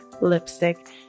lipstick